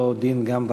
אותו דין גם,